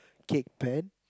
cake pan